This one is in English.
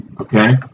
Okay